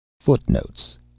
Footnotes